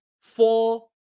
four